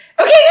Okay